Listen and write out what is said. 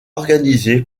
organisé